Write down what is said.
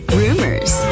rumors